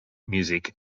music